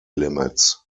limits